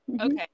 Okay